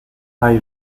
hay